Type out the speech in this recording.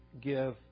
give